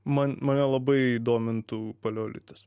man mane labai domintų paleolitas